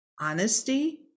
honesty